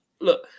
look